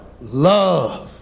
love